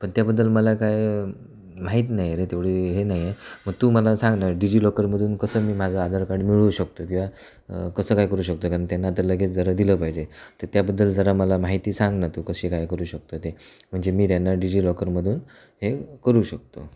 पण त्याबद्दल मला काय माहीत नाही रे तेवढी हे नाही आहे मग तू मला सांग ना डिजि लॉकरमधून कसं मी माझं आधार कार्ड मिळवू शकतो किंवा कसं काय करू शकतो कारण त्यांना आता लगेच जरा दिलं पाहिजे तर त्याबद्दल जरा मला माहिती सांग ना तू कशी काय करू शकतो ते म्हणजे मी त्यांना डिजि लॉकरमधून हे करू शकतो